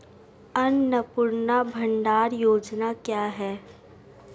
अन्नपूर्णा भंडार योजना क्या है?